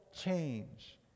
change